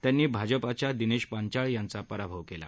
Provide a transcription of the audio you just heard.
त्यांनी भाजपाच्या दिनेश पांचाळ यांचा पराभव केला